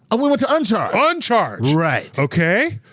ah we want to uncharge. uncharge. right. okay?